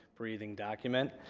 breathing document.